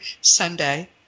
Sunday